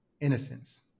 innocence